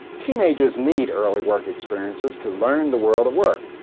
teenagers need early work experiences to learn the world of work.